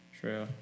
True